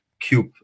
cube